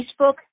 Facebook